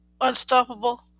unstoppable